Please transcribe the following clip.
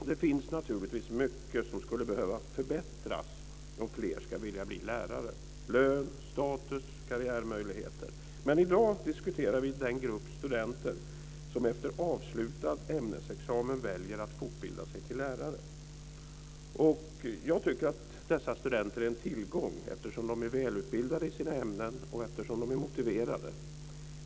Det finns naturligtvis mycket som skulle behöva förbättras om fler ska vilja bli lärare: lön, status och karriärmöjligheter. Men i dag diskuterar vi den grupp studenter som efter avslutad ämnesexamen väljer att fortbilda sig till lärare. Jag tycker att dessa studenter är en tillgång, eftersom de är välutbildade i sina ämnen och eftersom de är motiverade.